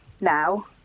now